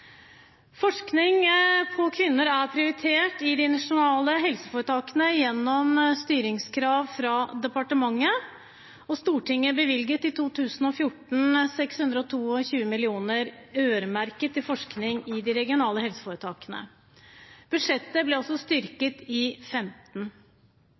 Forskning på kvinner er prioritert i de nasjonale helseforetakene gjennom styringskrav fra departementet, og Stortinget bevilget i 2014 622 mill. kr øremerket til forskning i de regionale helseforetakene. Budsjettet ble også styrket i